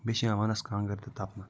بیٚیہِ چھِ یِوان وَنٛدَس کانٛگر تہِ تپنہٕ